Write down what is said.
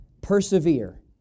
persevere